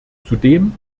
zudem